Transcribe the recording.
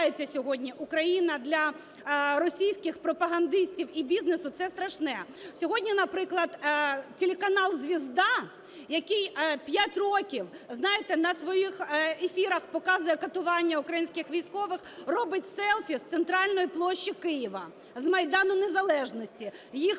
Україна для російських пропагандистів і бізнесу, це страшне. Сьогодні, наприклад, телеканал "Звезда", який 5 років, знаєте, на своїх ефірах показує катування українських військових, робить селфі з центральної площі Києва, з Майдану Незалежності. Їх